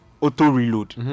auto-reload